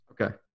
Okay